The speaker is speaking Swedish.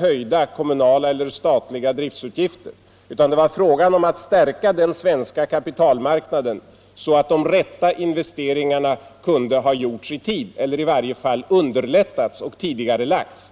höjda kommunala eller statliga driftsutgifter, utan det var frågan om att stärka den svenska kapitalmarknaden så att de rätta investeringarna kunde ha gjorts i tid eller i varje fall underlättats och tidigarelagts.